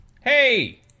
hey